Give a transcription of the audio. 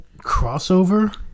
crossover